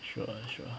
sure sure